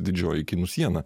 didžioji kinų siena